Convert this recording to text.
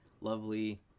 lovely